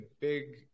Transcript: big